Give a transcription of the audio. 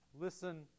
Listen